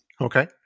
Okay